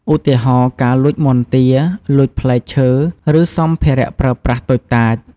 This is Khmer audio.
ឧទាហរណ៍ ការលួចមាន់ទា លួចផ្លែឈើ ឬសម្ភារៈប្រើប្រាស់តូចតាច។